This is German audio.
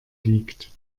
liegt